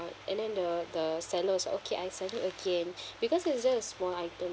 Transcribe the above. and then the the seller said okay I send you again because it's just a small item